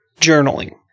journaling